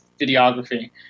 videography